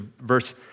verse